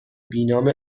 بینام